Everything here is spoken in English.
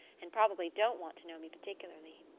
and probably don't want to know me particularly.